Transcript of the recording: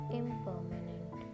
impermanent